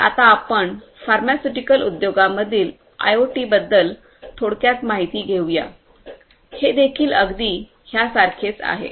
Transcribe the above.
तर आता आपण फार्मास्युटिकल उद्योगातील आयओटीबद्दल थोडक्यात माहिती घेऊया हेदेखील अगदी ह्या सारखेच आहे